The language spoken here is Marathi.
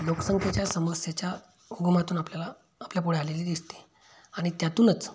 लोकसंख्येच्या समस्येच्या उगमातून आपल्याला आपल्याला आलेली दिसते आणि त्यातूनच